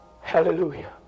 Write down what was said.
Hallelujah